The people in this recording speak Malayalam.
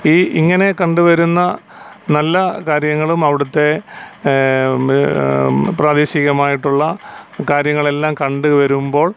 ഈ ഇങ്ങനെ കണ്ട് വരുന്ന നല്ല കാര്യങ്ങളും അവിടുത്തെ പ്രാദേശികമായിട്ടുള്ള കാര്യങ്ങലിലെല്ലാം കണ്ടു വരുമ്പോൾ